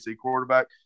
quarterback